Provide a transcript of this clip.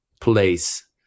place